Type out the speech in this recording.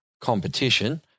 competition